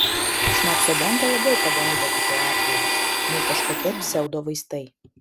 šnapso bonka labiau pagelbėtų tuo atveju nei kažkokie pseudovaistai